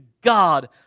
God